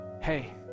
hey